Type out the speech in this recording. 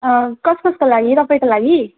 कस कसको लागि तपाईँको लागि